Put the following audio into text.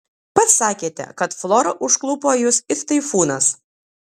pats sakėte kad flora užklupo jus it taifūnas